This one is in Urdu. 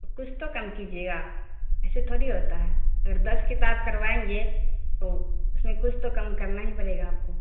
تو کچھ تو کم کیجیے گا ایسے تھوڑی ہوتا ہے اگر دس کتاب کروائیں گے تو اس میں کچھ تو کم کرنا ہی پڑے گا آپ کو